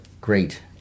great